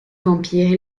vampire